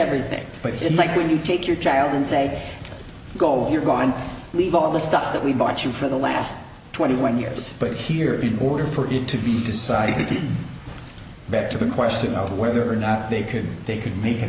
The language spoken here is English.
everything but it's like when you take your child and say go and you're gone leave all this stuff that we bought you for the last twenty one years but here in order for it to be decided to get back to the question of whether or not they could they could make a